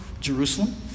Jerusalem